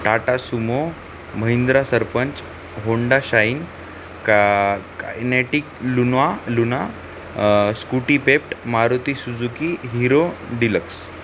Tata Sumo Mahindra Sarpanch Honda Shine का Kinetic Luna Luna Scooty Pep Maruti Suzuki Hero deluxe